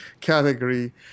category